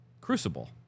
Crucible